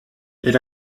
elle